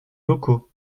locaux